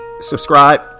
subscribe